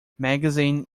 magazine